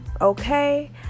okay